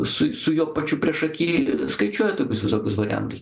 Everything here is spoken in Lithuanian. su su juo pačiu priešaky skaičiuoja tokius visokius variantus